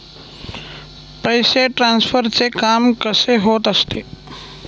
पैसे ट्रान्सफरचे काम कसे होत असते?